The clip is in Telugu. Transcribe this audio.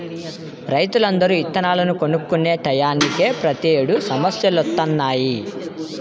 రైతులందరూ ఇత్తనాలను కొనుక్కునే టైయ్యానినే ప్రతేడు సమస్యలొత్తన్నయ్